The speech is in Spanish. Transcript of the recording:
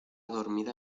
dormida